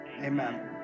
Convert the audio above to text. amen